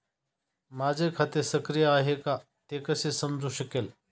माझे खाते सक्रिय आहे का ते कसे समजू शकेल?